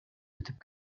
өтүп